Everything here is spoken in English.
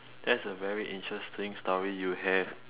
that's a very interesting story you have